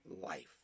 life